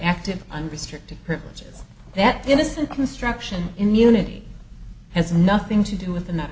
active unrestricted privileges that innocent construction in unity has nothing to do with the